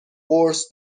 قرص